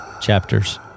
Chapters